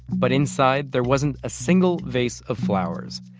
but inside there wasn't a single vase of flowers.